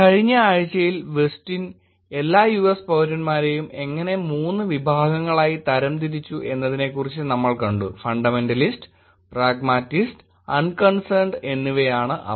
കഴിഞ്ഞ ആഴ്ചയിൽ വെസ്റ്റിൻ എല്ലാ യുഎസ് പൌരന്മാരെയും എങ്ങനെ 3 വിഭാഗങ്ങളായി തരംതിരിച്ചു എന്നതിനെക്കുറിച്ച് നമ്മൾ കണ്ടു ഫണ്ടമെന്റലിസ്റ് പ്രാഗ്മാറ്റിസ്റ് അൺകൺസേൺഡ് എന്നിവയാണ് അവ